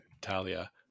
Talia